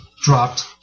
dropped